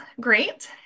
great